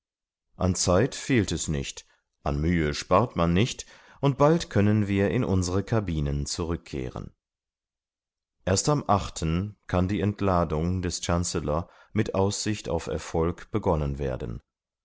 an zeit fehlt es nicht an mühe spart man nicht und bald können wir in unsere cabinen zurückkehren erst am kann die entladung des chancellor mit aussicht auf erfolg begonnen werden